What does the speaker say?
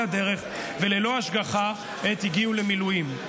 הדרך וללא השגחה עת הגיעו למילואים.